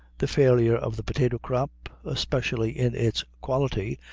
the failure of the potato crop, especially in its quality,